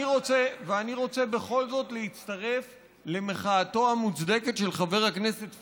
אני רוצה בכל זאת להצטרף למחאתו המוצדקת של חבר הכנסת פריג'.